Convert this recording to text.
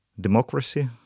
democracy